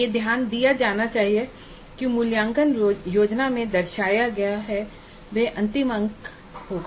यह ध्यान दिया जाना चाहिए कि मूल्यांकन योजना में जो दर्शाया गया है वह अंतिम अंक होगा